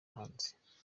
hanze